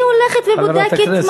אני הולכת ובודקת מה קורה,